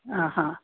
ಹಾಂ ಹಾಂ